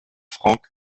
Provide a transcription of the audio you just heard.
franck